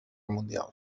mundial